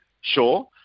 sure